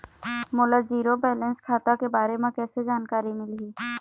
मोला zero balance खाता के बारे म कैसे जानकारी मिलही?